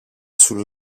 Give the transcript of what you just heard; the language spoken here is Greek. σου